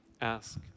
ask